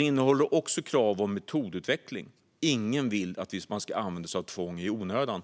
innehåller också krav på metodutveckling. Ingen vill att man ska använda sig av tvång i onödan.